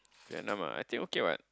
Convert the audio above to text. Vietnam ah I think okay [what]